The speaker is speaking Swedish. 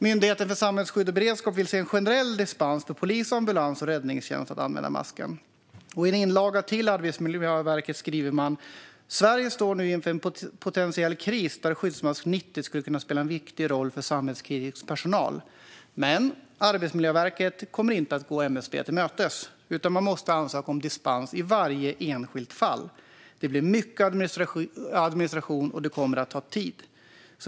Myndigheten för samhällsskydd och beredskap vill se en generell dispens för polis, ambulans och räddningstjänst att använda masken. I en inlaga till Arbetsmiljöverket skriver man: Sverige står nu inför en potentiell kris där Skyddsmask 90 skulle kunna spela en viktig roll för samhällskritisk personal. Arbetsmiljöverket kommer dock inte att gå MSB till mötes, utan man måste ansöka om dispens i varje enskilt fall. Det blir mycket administration, och det kommer att ta tid.